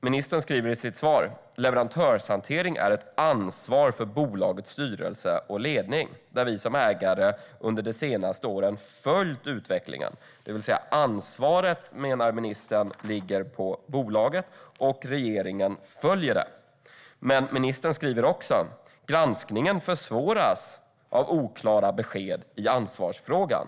Ministern säger i sitt svar: "Leverantörshantering är ett ansvar för bolagets styrelse och ledning, där vi som ägare under de senaste åren följt utvecklingen." Ministern menar att ansvaret vilar på bolaget, och regeringen följer det. Men ministern har tidigare skrivit att granskningen försvåras av oklara besked i ansvarsfrågan.